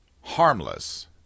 harmless